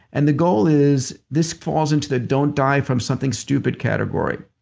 and the goal is, this falls into the don't die from something stupid category,